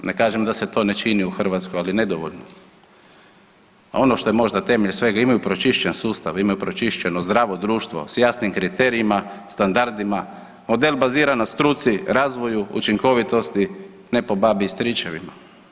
Ne kažem da se to ne čini u Hrvatskoj, ali je nedovoljno, a ono što je možda temelj svega imaju pročišćen sustav, imaju pročišćeno zdravo društvo s jasnim kriterijima, standardima, model baziran na struci, razvoju, učinkovitosti, ne po babi i stričevima.